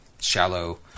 shallow